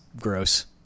gross